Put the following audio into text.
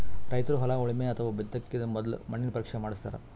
ರೈತರ್ ಹೊಲ ಉಳಮೆ ಅಥವಾ ಬಿತ್ತಕಿನ ಮೊದ್ಲ ಮಣ್ಣಿನ ಪರೀಕ್ಷೆ ಮಾಡಸ್ತಾರ್